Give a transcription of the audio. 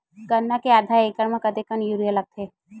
गन्ना के आधा एकड़ म कतेकन यूरिया लगथे?